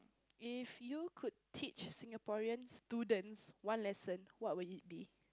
if you could teach Singaporean students one lesson what would it be